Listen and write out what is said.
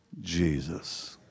Jesus